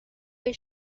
این